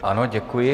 Ano, děkuji.